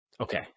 Okay